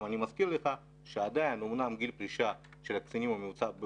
ואני מזכיר לך שאומנם עדיין גיל הפרישה של הקצינים הוא 43 בממוצע,